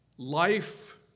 Life